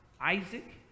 Isaac